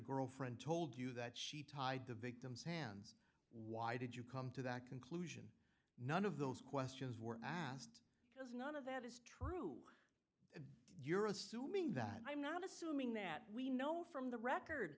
girlfriend told you that she tied the victim's hands why did you come to that conclusion none of those questions were asked that is true you're assuming that i'm not assuming that we know from the record